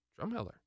Drumheller